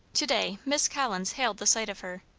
to-day miss collins hailed the sight of her.